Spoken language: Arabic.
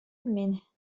منه